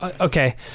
okay